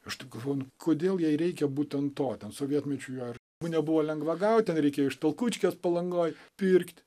aš taip galvoju kodėl jai reikia būtent to ten sovietmečiui ar nebuvo lengva gauti ten reikėjo iš talkučkės palangoj pirkti